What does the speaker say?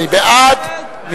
להצביע, מי בעד?